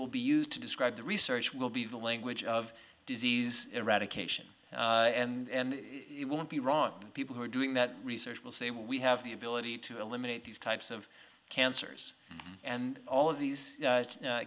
will be used to describe the research will be the language of disease eradication and it won't be wrong people who are doing that research will say we have the ability to eliminate these types of cancers and all of these